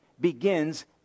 begins